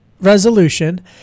Resolution